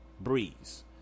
Breeze